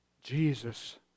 Jesus